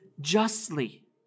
justly